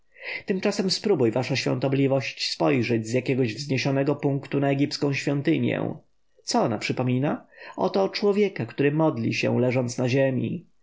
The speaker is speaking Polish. tymczasem spróbuj wasza świątobliwość spojrzeć z jakiego wzniesionego punktu na egipską świątynię co ona przypomina oto człowieka który modli się leżąc na ziemi